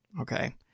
okay